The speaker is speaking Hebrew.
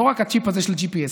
לא רק מהצ'יפ הזה של GPS,